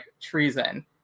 treason